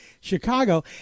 Chicago